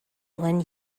when